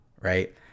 right